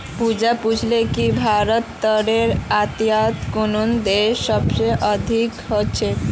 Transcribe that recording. पूजा पूछले कि भारतत तेलेर आयात कुन देशत सबस अधिक ह छेक